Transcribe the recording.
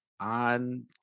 on